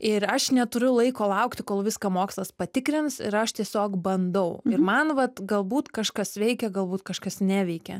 ir aš neturiu laiko laukti kol viską mokslas patikrins ir aš tiesiog bandau ir man vat galbūt kažkas veikia galbūt kažkas neveikia